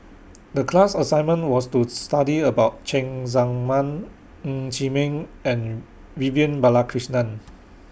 The class assignment was to study about Cheng Tsang Man Ng Chee Meng and Vivian Balakrishnan